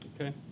Okay